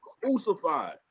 Crucified